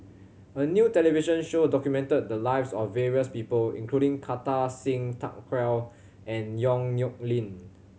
a new television show documented the lives of various people including Kartar Singh Thakral and Yong Nyuk Lin